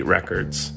Records